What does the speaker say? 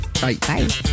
bye